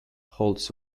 holds